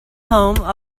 home